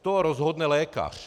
To rozhodne lékař.